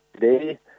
today